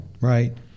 Right